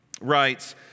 writes